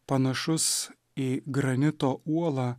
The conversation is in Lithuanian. panašus į granito uolą